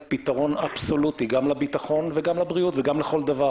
פתרון אבסולוטי גם לביטחון וגם לבריאות וגם לכל דבר.